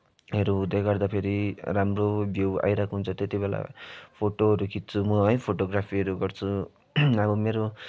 हरू हुँदै गर्दा फेरि राम्रो भ्यू आइरहेको हुन्छ त्यति बेला फोटोहरू खिच्छु म है फोटोग्राफीहरू गर्छु अब मेरो